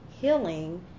healing